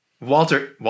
Walter